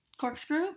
corkscrew